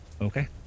Okay